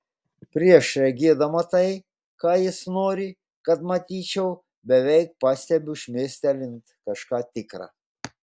prieš regėdama tai ką jis nori kad matyčiau beveik pastebiu šmėstelint kažką tikra